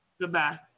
Goodbye